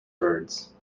birds